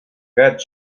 gat